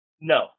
No